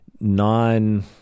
non